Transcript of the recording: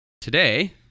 Today